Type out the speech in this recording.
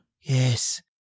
Yes